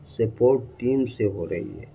support team سے ہو رہی ہے